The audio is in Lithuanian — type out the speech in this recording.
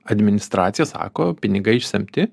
administracija sako pinigai išsemti